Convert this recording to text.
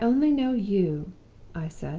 i only know you i said.